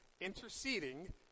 interceding